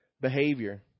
behavior